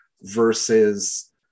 versus